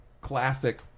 Classic